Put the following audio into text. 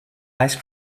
ice